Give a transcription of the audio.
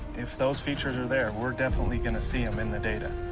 if those features are there, we're definitely gonna see them in the data.